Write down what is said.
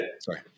Sorry